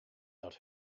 dat